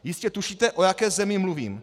Jistě tušíte, o jaké zemi mluvím.